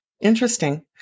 Interesting